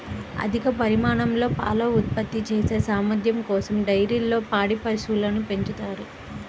అధిక పరిమాణంలో పాలు ఉత్పత్తి చేసే సామర్థ్యం కోసం డైరీల్లో పాడి పశువులను పెంచుతారు